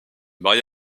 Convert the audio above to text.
maria